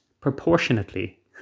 proportionately